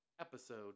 episode